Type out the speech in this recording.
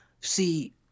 See